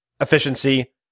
efficiency